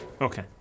Okay